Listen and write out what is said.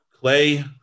Clay